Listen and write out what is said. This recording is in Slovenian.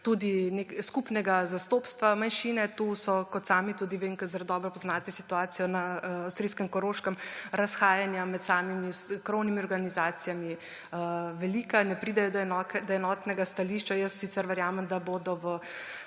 tudi skupnega zastopstva manjšine. Tu so, kot sami tudi dobro poznate situacijo na avstrijskem Koroškem, razhajanja med samimi krovnimi organizacijami velika, ne pridejo do enotnega stališča. Jaz sicer verjamem, da bodo v